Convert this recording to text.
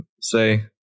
say